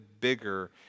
bigger